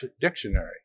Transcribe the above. dictionary